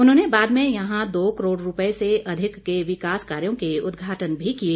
उन्होंने बाद में यहां दो करोड़ रुपए से अधिक के विकास कार्यो के उद्घाटन भी किए